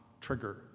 trigger